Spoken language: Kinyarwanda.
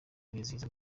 irizihiza